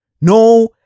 No